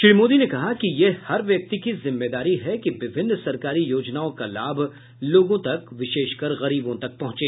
श्री मोदी ने कहा कि यह हर व्यक्ति की जिम्मेदारी है कि विभिन्न सरकारी योजनाओं का लाभ लोगों तक विशेषकर गरीबों तक पहुंचे